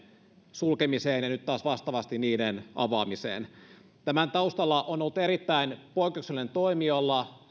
sulkemiseen ja nyt taas vastaavasti niiden avaamiseen tämän taustalla on ollut erittäin poikkeuksellinen toimi jolla